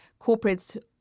corporates